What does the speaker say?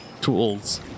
tools